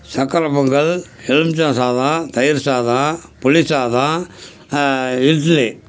சக்கரை பொங்கல் எலுமிச்சம் சாதம் தயிர் சாதம் புளி சாதம் இட்லி